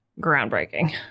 Groundbreaking